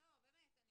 כי